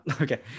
okay